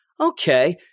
Okay